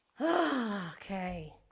Okay